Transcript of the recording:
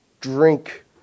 drink